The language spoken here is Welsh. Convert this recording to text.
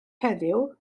heddiw